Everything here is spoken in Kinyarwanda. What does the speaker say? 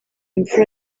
imfura